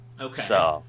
Okay